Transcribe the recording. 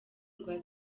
rwa